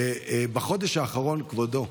כבודו,